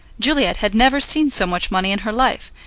juliet had never seen so much money in her life,